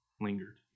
lingered